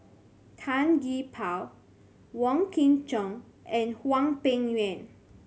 Tan Gee Paw Wong Kin Jong and Hwang Peng Yuan